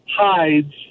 hides